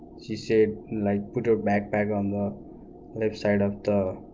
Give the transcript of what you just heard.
she said like put your backpack on the left side of the